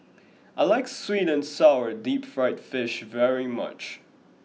I like Sweet and Sour Deep Fried Fish very much